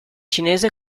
cinese